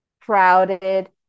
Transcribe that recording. crowded